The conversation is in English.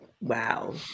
Wow